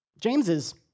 James's